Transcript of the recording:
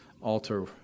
alter